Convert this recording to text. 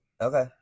Okay